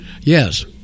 Yes